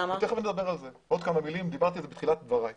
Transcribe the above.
תכף דבר על זה.